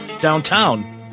downtown